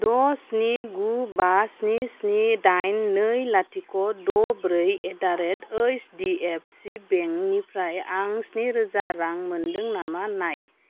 द' स्नि गु बा स्नि स्नि डाइन नै लाथिख द' ब्रै एडारेड ओइसडि एपसि बेंकनिफ्राय आं स्नि रोजा रां मोन्दों नामा नाय